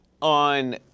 On